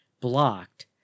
blocked